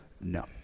no